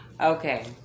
Okay